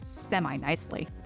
semi-nicely